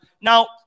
Now